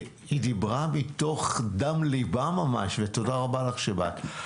היא דיברה מתוך דם ליבה ממש, ותודה רבה לך שבאת.